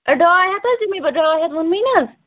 A ڈاے ہَتھ حظ دِمٕے بہٕ ڈاے ہَتھ ووٚنمَے نا